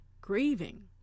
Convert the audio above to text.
Grieving